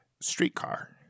streetcar